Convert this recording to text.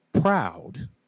proud